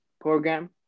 program